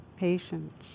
patience